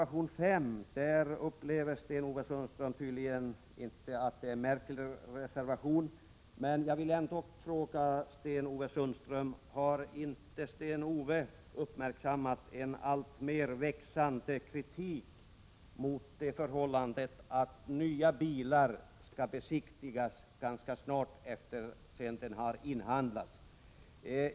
Sten-Ove Sundström upplever tydligen inte att reservation 5 skulle vara en märklig reservation. Men jag vill ändå fråga om Sten-Ove Sundström inte har uppmärksammat den alltmer växande kritiken mot det förhållandet att nya bilar skall besiktigas ganska snart efter det att de har inhandlats.